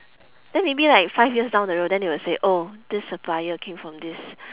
then maybe like five years down the road then they will say oh this supplier came from this